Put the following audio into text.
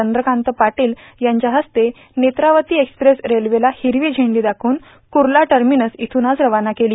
चंद्रकांत पाटील यांच्या हस्ते नेत्रावती एक्सप्रेस रेल्वेला हिरवा झेंडा दाखवून कूर्ला टर्मिनल्स येथून आज रवाना केली